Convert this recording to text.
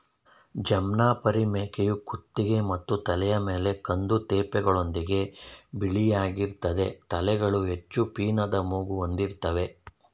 ಜಮ್ನಾಪರಿ ಮೇಕೆಯು ಕುತ್ತಿಗೆ ಮತ್ತು ತಲೆಯ ಮೇಲೆ ಕಂದು ತೇಪೆಗಳೊಂದಿಗೆ ಬಿಳಿಯಾಗಿರ್ತದೆ ತಲೆಗಳು ಹೆಚ್ಚು ಪೀನದ ಮೂಗು ಹೊಂದಿರ್ತವೆ